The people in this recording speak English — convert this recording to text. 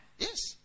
Yes